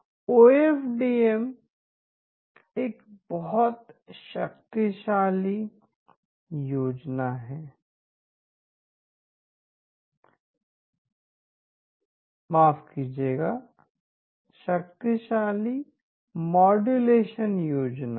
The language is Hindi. ओ एफ डी एम एक बहुत शक्तिशाली मॉडुलन योजना है